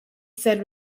said